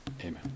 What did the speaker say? amen